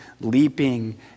leaping